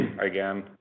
again